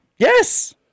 Yes